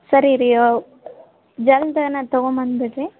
ಸರಿ ರೀ ಜಲ್ದಿನೆ ತಗೊಂಡ್ಬಂದ್ಬಿಡ್ರಿ